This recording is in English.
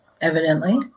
evidently